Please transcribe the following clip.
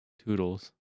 Toodles